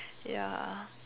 ya